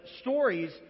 stories